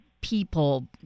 people